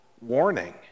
warning